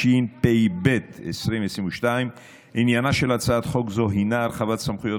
התשפ"ב 2022. עניינה של הצעת חוק זו הוא הרחבת סמכויות